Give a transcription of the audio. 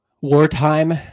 Wartime